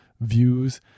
views